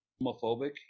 homophobic